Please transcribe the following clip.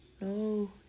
No